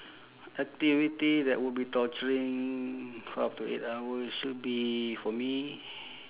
activity that would be torturing up to eight hours should be for me